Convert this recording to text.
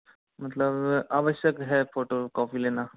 मतलब आवश्यक है फ़ोटोकॉपी लेना